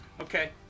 Okay